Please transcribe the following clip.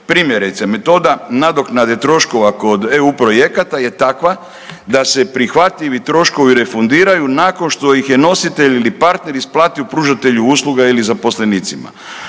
Primjerice, metoda nadoknade troškova kod EU projekata je takva da se prihvatljivi troškovi refundiraju nakon što ih je nositelj ili partner isplatio pružatelju usluga ili zaposlenicima.